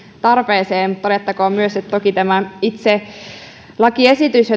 tarpeeseen todettakoon myös että toki seuraavakin lakiesitys